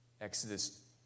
Exodus